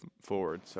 forward